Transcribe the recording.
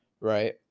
Right